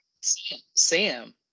Sam